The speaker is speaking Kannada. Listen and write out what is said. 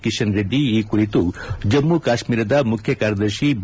ಕಿಶನ್ರೆಡ್ಡಿ ಈ ಕುರಿತು ಜಮ್ಮು ಕಾಶ್ಮೀರದ ಮುಖ್ಯಕಾರ್ಯದರ್ಶಿ ಬಿ